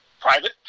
private